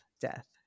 death